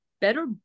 better